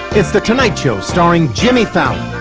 it's the tonight show starring jimmy fallon.